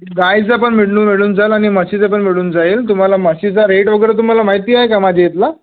गायच पण मिळुन मिळून जाईल आणि म्हशीचं पण मिळून जाईल तुम्हाला म्हशीचा रेट वगैरे तुम्हाला माहिती आहे का माझ्या इथला